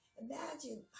imagine